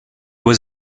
was